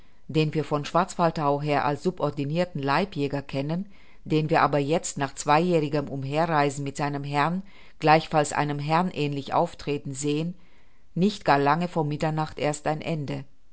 den wir von schwarzwaldau her als subordinirten leibjäger kennen den wir aber jetzt nach zweijährigem umherreisen mit seinem herrn gleichfalls einem herrn ähnlich auftreten sehen nicht gar lange vor mitternacht erst ein ende